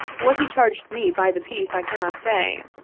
what he charged me by the piece, i cannot say,